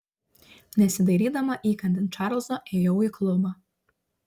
nesidairydama įkandin čarlzo ėjau į klubą